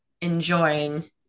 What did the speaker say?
enjoying